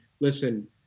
Listen